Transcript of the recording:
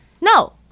No